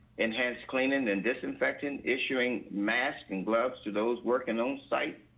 enhanced cleaning and disinfecting, issuing masks and gloves to those work in those sites.